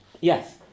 yes